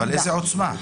אבל לפי איזה עוצמה?